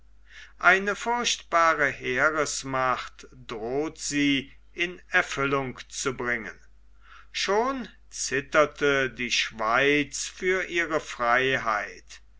eine furchtbare heeresmacht droht sie in erfüllung zu bringen schon zitterte die schweiz für ihre freiheit